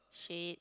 shades